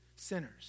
Sinners